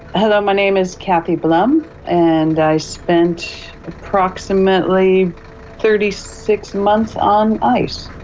hello, my name is kathy blumm and i spent approximately thirty six months on ice.